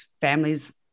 families